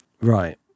Right